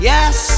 Yes